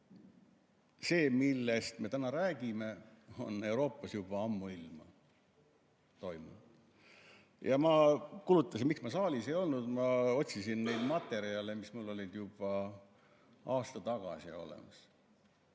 See, millest me täna räägime, on Euroopas juba ammuilma toimunud. [Põhjus], miks ma saalis ei olnud – ma otsisin neid materjale, mis mul olid juba aasta tagasi olemas.